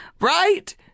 right